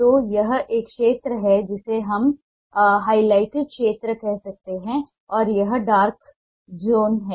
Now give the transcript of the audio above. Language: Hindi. तो यह एक क्षेत्र है जिसे हम हाइलाइटेड क्षेत्र कह सकते हैं और यह डार्क जोन है